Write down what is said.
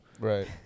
Right